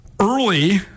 early